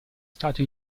stato